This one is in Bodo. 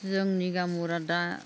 जोंनि गामियाव दा